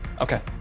Okay